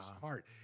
heart